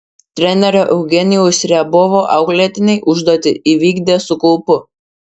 trenerio eugenijaus riabovo auklėtiniai užduotį įvykdė su kaupu